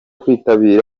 kwitabira